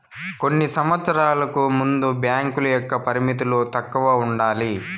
కొన్ని సంవచ్చరాలకు ముందు బ్యాంకుల యొక్క పరిమితులు తక్కువ ఉండాలి